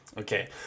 Okay